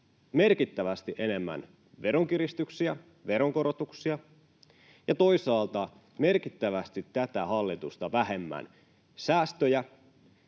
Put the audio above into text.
merkittävästi enemmän veronkiristyksiä, veronkorotuksia ja toisaalta merkittävästi tätä hallitusta vähemmän säästöjä.